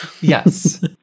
Yes